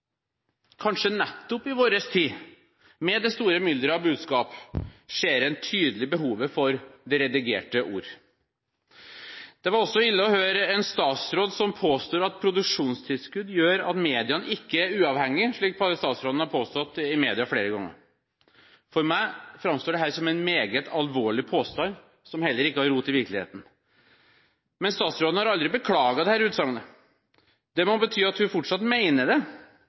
Kanskje nettopp i vår tid, med det store mylderet av budskap, ser en tydelig behovet for det redigerte ord. Det er også ille å høre en statsråd si at produksjonstilskudd gjør at mediene ikke er uavhengige, slik statsråden har påstått i media flere ganger. For meg framstår dette som en meget alvorlig påstand, som heller ikke har rot i virkeligheten. Men statsråden har aldri beklaget dette utsagnet. Det må bety at hun fortsatt mener det.